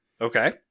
Okay